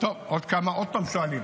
עוד פעם שואלים: